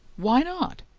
why not?